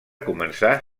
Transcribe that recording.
començà